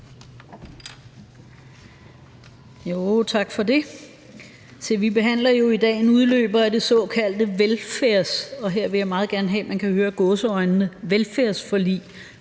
Tak for det.